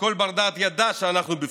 שכל בר-דעת ידע שאנחנו בפתחו,